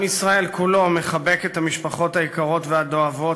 עם ישראל כולו מחבק את המשפחות היקרות והדואבות